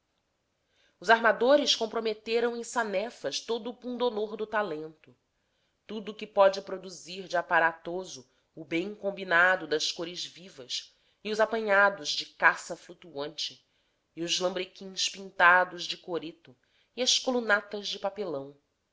os armadores comprometeram em sanefas todo o pundonor do talento tudo que pode produzir de aparatoso o bem combinado das cores vivas e os apanhados de cassa flutuante e os lambrequins pintados do coreto e as colunatas de papelão